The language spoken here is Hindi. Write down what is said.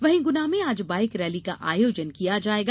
वहीं गुना में आज बाईक रैली का आयोजन किया जायेगा